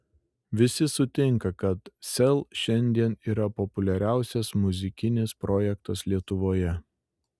visi sutinka kad sel šiandien yra populiariausias muzikinis projektas lietuvoje